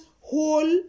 whole